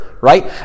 right